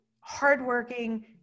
hardworking